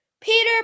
Peter